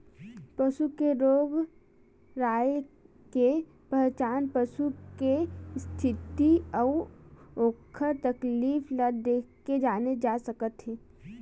पसू के रोग राई के पहचान पसू के इस्थिति अउ ओखर तकलीफ ल देखके जाने जा सकत हे